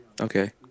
Okay